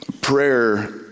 prayer